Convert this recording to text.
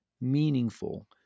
meaningful